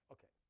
Okay